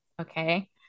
Okay